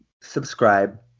subscribe